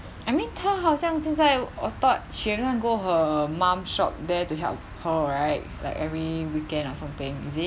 I mean 她好像现在 I thought she every time go her mum shop there to help her right like every weekend or something is it